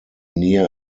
near